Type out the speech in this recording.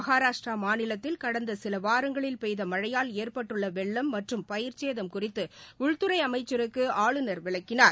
மகாராஷ்டிரா மாநிலத்தில் கடந்த சில வாரங்களில் பெய்த மழையால் ஏற்பட்டுள்ள வெள்ளம் மற்றும் பயிர்ச்சேதம் குறித்து உள்துறை அமைச்சருக்கு ஆளுநர் விளக்கினார்